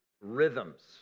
Rhythms